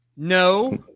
No